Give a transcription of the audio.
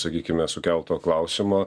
sakykime sukelto klausimo